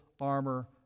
armor